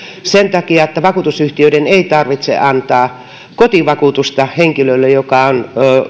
sen takia että vakuutusyhtiöiden ei tarvitse antaa kotivakuutusta henkilölle joka on